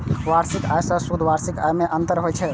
वार्षिक आय आ शुद्ध वार्षिक आय मे अंतर होइ छै